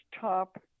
top